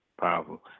Powerful